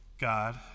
God